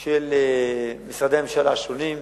של משרדי הממשלה השונים,